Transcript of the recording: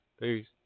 Peace